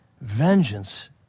vengeance